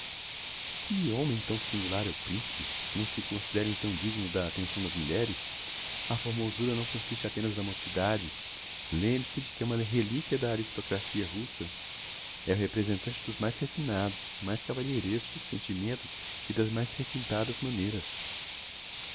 que homem tão singular é o principe não se considera então digno da attenção das mulheres a formosura não consiste apenas na mocidade lembre-se de que é uma reliquia da aristocracia russa é o representante dos mais refinados dos mais cavalheirescos sentimentos e das mais requintadas maneiras